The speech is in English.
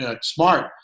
smart